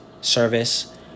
service